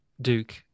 Duke